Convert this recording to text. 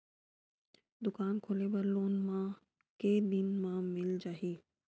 दुकान खोले बर लोन मा के दिन मा मिल जाही?